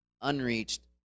unreached